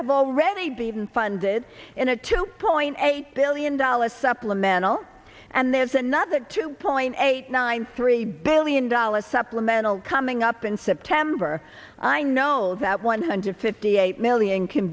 have already been funded in a two point eight billion dollars supplemental and there's another two point eight nine three billion dollars supplemental coming up in september i know that one hundred fifty eight million can